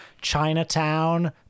chinatown